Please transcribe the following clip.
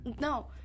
no